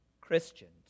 Christians